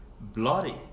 bloody